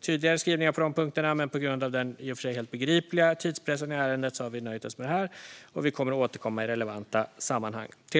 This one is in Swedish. tydligare skrivningar på dessa punkter, men på grund av den i och för sig helt begripliga tidspressen i det här ärendet har vi nöjt oss med detta. Vi kommer att återkomma i relevanta sammanhang.